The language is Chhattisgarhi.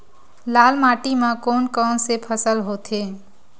लाल माटी म कोन कौन से फसल होथे?